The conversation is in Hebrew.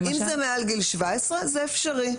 אם זה מעל גיל 17 זה אפשרי.